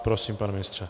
Prosím pane ministře.